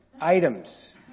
items